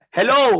Hello